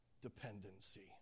dependency